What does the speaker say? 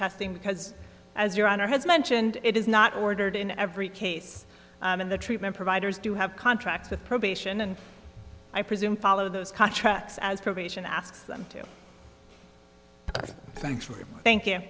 testing because as your honor has mentioned it is not ordered in every case in the treatment providers do have contracts with probation and i presume follow those contracts as probation asks them to thanks for thank you